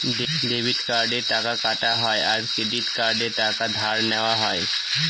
debit কার্ডে টাকা কাটা হয় আর ক্রেডিট কার্ডে টাকা ধার নেওয়া হয়